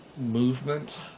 movement